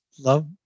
love